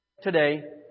today